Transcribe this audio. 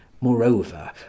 moreover